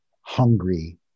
hungry